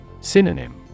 Synonym